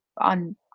on